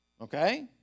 okay